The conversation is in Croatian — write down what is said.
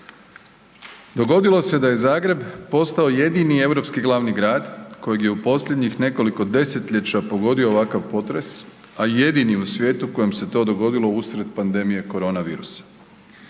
Dogodilo se da je Zagreb postao jedini europski glavni grad kojeg je u posljednjih nekoliko desetljeća pogodio ovakav potres, a jedini u svijetu kojem se to dogodilo usred pandemije korona virusa.